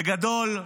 בגדול,